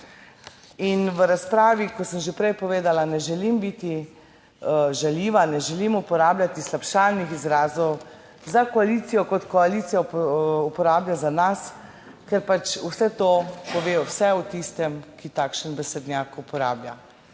In v razpravi, kot sem že prej povedala, ne želim biti žaljiva, ne želim uporabljati slabšalnih izrazov za koalicijo kot koalicija uporablja za nas, ker pač vse to pove vse o tistem, ki takšen besednjak uporablja.